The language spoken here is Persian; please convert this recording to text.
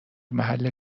محل